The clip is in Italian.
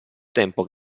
tempo